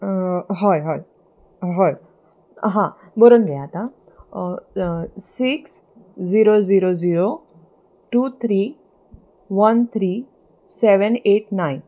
हय हय हय हां बरोवन घेयात आतां six zero zero zero two three one three seven eight nine